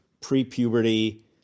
pre-puberty